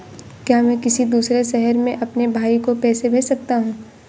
क्या मैं किसी दूसरे शहर में अपने भाई को पैसे भेज सकता हूँ?